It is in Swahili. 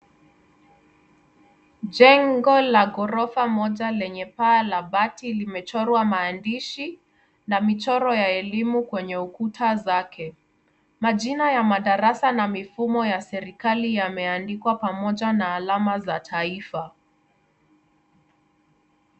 Jengo la ghorofa moja lenye baa la bati limechorwa mahandishi na michoro ya elimu kwenye ukuta zake majina ya madarasa na mifumo ya serikali yameandikwa pamoja na alama za taifa.